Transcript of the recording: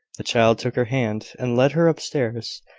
the child took her hand, and led her upstairs.